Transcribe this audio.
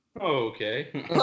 Okay